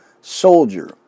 soldier